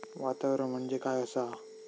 वातावरण म्हणजे काय असा?